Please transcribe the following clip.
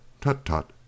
Tut-tut